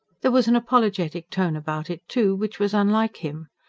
there was an apologetic tone about it, too, which was unlike him.